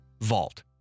Vault